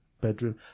bedroom